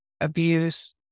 abuse